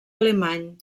alemany